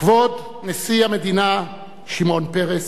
כבוד נשיא המדינה שמעון פרס,